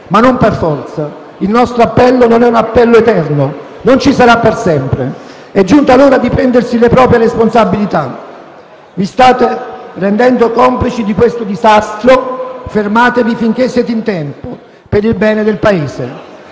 Ma non per forza: il nostro appello non è eterno, non ci sarà per sempre. È giunta l'ora di prendersi le proprie responsabilità. Vi state rendendo complici di questo disastro; fermatevi finché siete in tempo, per il bene del Paese.